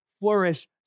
flourish